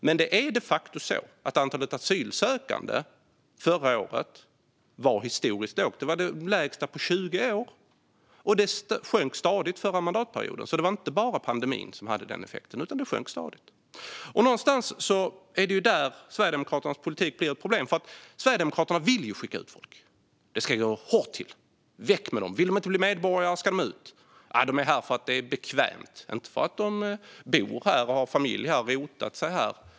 Men det är de facto så att antalet asylsökande förra året var historiskt litet. Det var det lägsta på 20 år, och det minskade stadigt förra mandatperioden. Det var alltså inte bara pandemin som hade den effekten, utan antalet minskade stadigt. Det är någonstans där Sverigedemokraternas politik blir ett problem. Sverigedemokraterna vill skicka ut folk. Det ska gå hårt till. Väck med dem! Vill de inte bli medborgare ska de ut. De är här för att det är bekvämt, inte för att de bor här, har familj här och har rotat sig här.